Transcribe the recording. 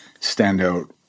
standout